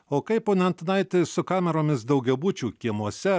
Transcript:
o kaip pone antanaiti su kameromis daugiabučių kiemuose